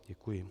Děkuji.